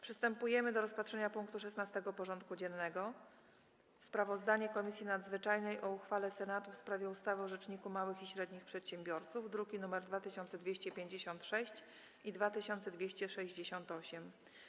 Przystępujemy do rozpatrzenia punktu 16. porządku dziennego: Sprawozdanie Komisji Nadzwyczajnej o uchwale Senatu w sprawie ustawy o Rzeczniku Małych i Średnich Przedsiębiorców (druki nr 2256 i 2268)